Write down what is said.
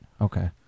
Okay